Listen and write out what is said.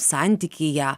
santykį į ją